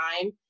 time